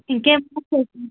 ఇంకా ఏమైనా